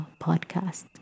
podcast